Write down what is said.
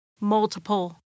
multiple